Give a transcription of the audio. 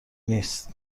نیست